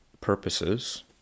purposes